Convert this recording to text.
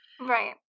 right